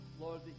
Lord